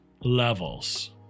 levels